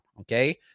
okay